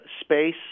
space